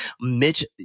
Mitch